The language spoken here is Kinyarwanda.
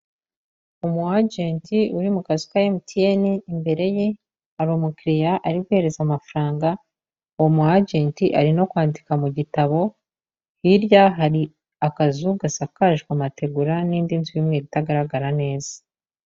Umu ajenti uri mu kazu ka MTN, imbere ye hari umukiriya ari guhereza amafaranga, uwo mu ajenti ari no kwandika mu gitabo, hirya hari akazu gasakajwe amategura n'indi nzu imwe itagaragara neza.